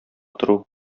тору